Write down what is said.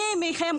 מי מכם,